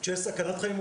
כשיש סכנת חיים,